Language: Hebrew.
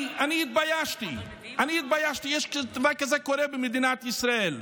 אני התביישתי שדבר כזה קורה במדינת ישראל.